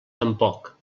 tampoc